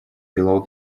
below